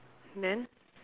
then